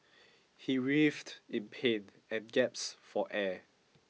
he writhed in pain and gaps for air